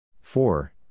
four